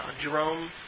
Jerome